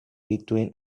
between